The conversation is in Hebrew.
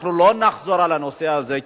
לא נחזור לנושא הזה,